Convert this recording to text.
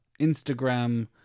Instagram